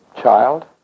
child